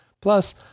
Plus